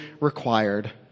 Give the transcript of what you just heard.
required